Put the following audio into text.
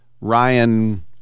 Ryan